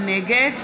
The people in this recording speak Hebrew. נגד